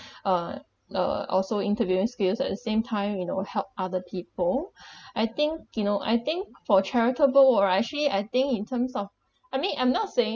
uh uh also interviewing skills at the same time you know help other people I think you know I think for charitable or actually I think in terms of I mean I'm not saying